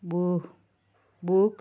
ବୁ ବୁକ୍